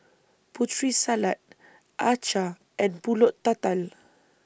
Putri Salad Acar and Pulut Tatal